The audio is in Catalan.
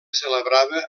celebrava